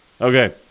Okay